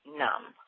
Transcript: numb